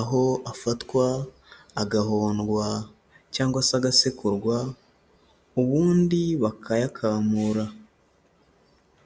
Aho afatwa agahondwa cyangwa se agasekurwa ubundi bakayakamura.